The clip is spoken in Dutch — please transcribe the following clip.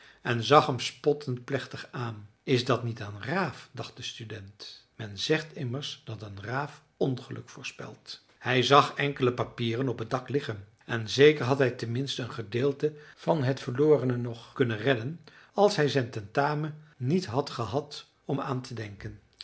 en zag hem spottend plechtig aan is dat niet een raaf dacht de student men zegt immers dat een raaf ongeluk voorspelt hij zag enkele papieren op het dak liggen en zeker had hij ten minste een gedeelte van het verlorene nog kunnen redden als hij zijn tentamen niet had gehad om aan te denken